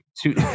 two